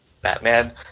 Batman